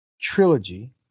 trilogy